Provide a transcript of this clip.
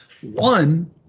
One